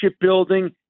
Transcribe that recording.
building